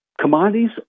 commodities